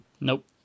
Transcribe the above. Nope